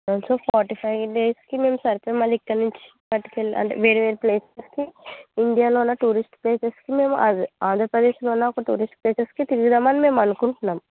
also forty five డేస్కి మేము సరిపోయి మళ్ళీ ఇక్కడి నుంచి పట్టుకెళ్ళి అంటే వేరే వేరే ప్లేసులకి ఇండియాలో ఉన్న టూరిస్ట్ ప్లేసెస్కి అది ఆంధ్రప్రదేశ్లో ఉన్న ఒక టూరిస్ట్ ప్లేసెస్కి తిరుగుదాం అని మేము అనుకుంట్నాం